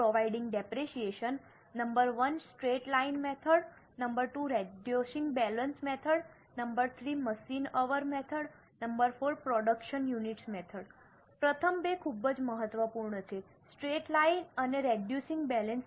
પ્રથમ બે ખૂબ જ મહત્વપૂર્ણ છે સ્ટ્રેટ લાઇન અને રેડયુશીંગ બેલેન્સ